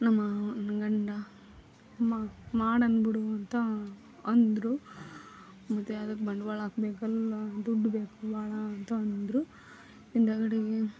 ನಮ್ಮ ಮಾವ ನನ್ನ ಗಂಡ ಮಾಡೋಣ ಬಿಡು ಅದಕ್ಕೆ ಅಂತ ಬಂಡ್ವಾಳ ಹಾಕಬೇಕಲ್ಲ ದುಡ್ಡು ಬೇಕು ಅಣ ಅಂತ ಅಂದರು ಹಿಂದುಗಡೆಗೆ